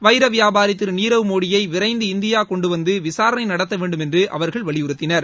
வைர வியாபாரி திரு நீரவ் மோடியை விரைந்து இந்தியா கொண்டுவந்து விசாரணை நடத்த வேண்டும் என்று அவர்கள் வலியுறுத்தினர்